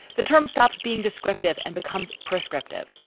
the term stops being descriptive and becomes prescriptive,